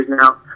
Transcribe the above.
now